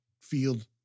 field